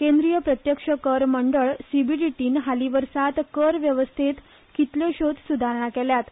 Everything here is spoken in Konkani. केंद्रीय प्रत्यक्ष कर मंडळ सीबीडीटीन हालीं वर्सांत कर वेवस्थेंत कितल्योशोच स्दारणा केल्यात